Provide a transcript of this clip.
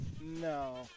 No